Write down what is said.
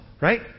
right